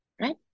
right